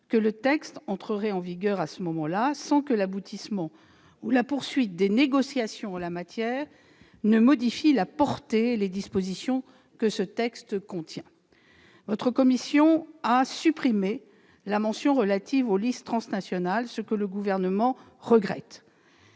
que le texte entrerait en vigueur à ce moment-là, sans que l'aboutissement, ou la poursuite des négociations en la matière ne modifie la portée et les dispositions du texte. Votre commission a malheureusement supprimé la mention relative aux listes transnationales, ce que le Gouvernement regrette.